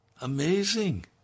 Amazing